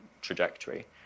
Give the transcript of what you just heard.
trajectory